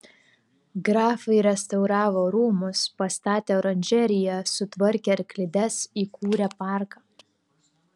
grafai restauravo rūmus pastatė oranžeriją sutvarkė arklides įkūrė parką